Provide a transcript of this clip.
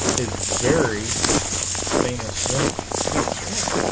is very famous woman yes she is